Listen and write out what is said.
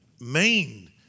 main